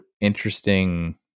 interesting